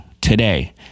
today